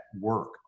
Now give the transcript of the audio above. work